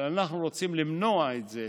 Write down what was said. אבל אנחנו רוצים למנוע את זה,